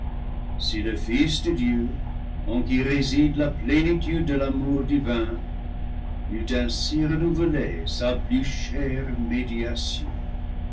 si le fils de dieu en qui réside la plénitude de l'amour divin n'eût ainsi renouvelé sa plus chère médiation